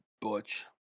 Butch